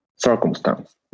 Circumstance